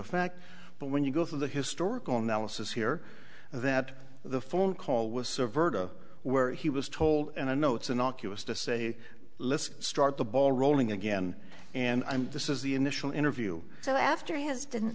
fact but when you go through the historical analysis here that the phone call was served her to where he was told and i know it's innocuous to say let's start the ball rolling again and i'm this is the initial interview so after his didn't